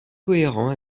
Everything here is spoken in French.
cohérent